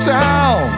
town